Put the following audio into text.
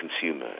consumer